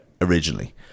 originally